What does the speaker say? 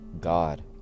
God